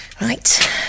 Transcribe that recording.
Right